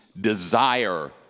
desire